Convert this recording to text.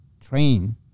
train